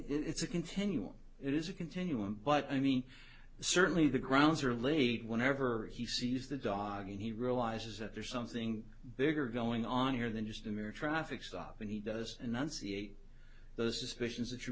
it's a continuum it is a continuum but i mean certainly the grounds are laid whenever he sees the dog and he realizes that there's something bigger going on here than just a marriage traffic stop and he does enunciate those suspicions that you